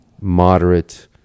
moderate